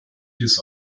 dies